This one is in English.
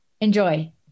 Enjoy